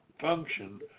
function